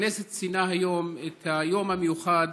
הכנסת ציינה היום את היום המיוחד